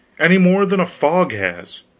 any more than a fog has.